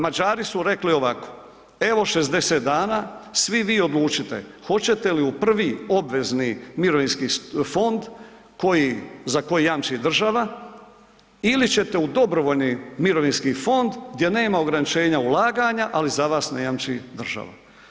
Mađari su rekli ovako, evo 60 dana, svi vi odlučite, hoćete li u I. obvezni mirovinski fond, za koji jamči država ili ćete u dobrovoljni mirovinski fond gdje nema ograničenja ulaganja, ali za vas ne jamči država.